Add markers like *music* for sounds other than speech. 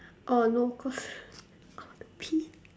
oh no cause *laughs* I want to pee